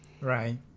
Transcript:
Right